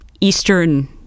Eastern